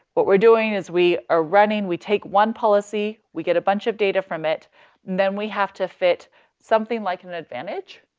what we're doing is we are running, we take one policy, we get a bunch of data from it, and then we have to fit something like an advantage,